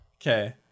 Okay